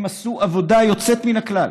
הם עשו עבודה יוצאת מהכלל,